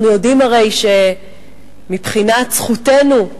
אנחנו הרי יודעים שמבחינת זכותנו,